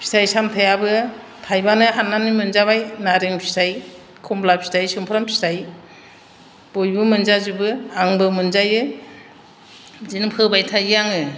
फिथाइ सामथायआबो थायबानो हाननानै मोनजाबाय नारें फिथाइ खमला फिथाइ सुमफ्राम फिथाइ बयबो मोनजाजोबो आंबो मोनजायो बिदिनो फोबाय थायो आङो